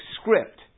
script